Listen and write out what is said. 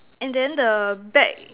and then the back